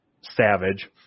Savage